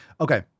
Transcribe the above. Okay